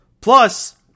plus